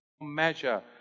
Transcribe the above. measure